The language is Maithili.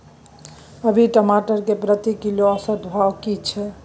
अभी टमाटर के प्रति किलो औसत भाव की छै?